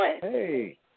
Hey